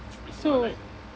so